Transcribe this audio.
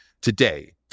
Today